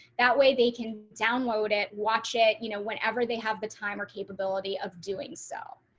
that way they can download it. watch it. you know, whenever they have the time or capability of doing so.